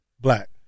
Black